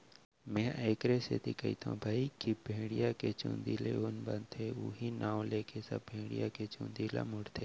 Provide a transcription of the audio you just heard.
मेंहा एखरे सेती कथौं भई की भेड़िया के चुंदी ले ऊन बनथे उहीं नांव लेके सब भेड़िया के चुंदी ल मुड़थे